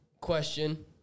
Question